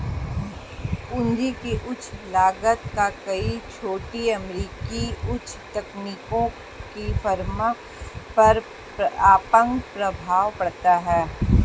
पूंजी की उच्च लागत का कई छोटी अमेरिकी उच्च तकनीकी फर्मों पर अपंग प्रभाव पड़ता है